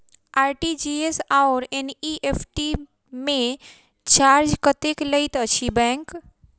RTGS आओर NEFT मे charge कतेक लैत अछि बैंक?